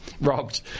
Robbed